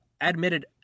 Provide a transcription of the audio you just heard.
admitted